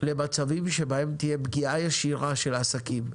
למצבים שבהם תהיה פגיעה ישירה של עסקים,